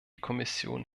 kommission